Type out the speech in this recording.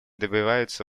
добивается